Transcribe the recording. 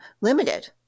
limited